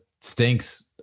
stinks